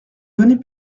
données